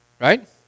right